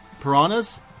piranhas